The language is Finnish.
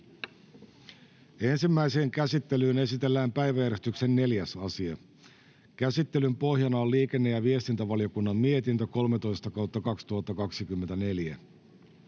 Ensimmäiseen käsittelyyn esitellään päiväjärjestyksen 4. asia. Käsittelyn pohjana on liikenne‑ ja viestintävaliokunnan mietintö LiVM 13/2024